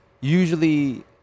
usually